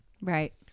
Right